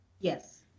Yes